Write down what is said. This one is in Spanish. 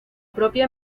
propia